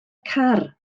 car